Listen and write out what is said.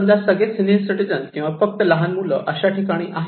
समजा सगळे senior citizen किंवा फक्त लहान मुलं अशा ठिकाणी आहेत